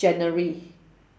january